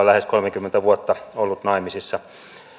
lähes kolmekymmentä vuotta ollut naimisissa